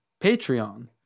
Patreon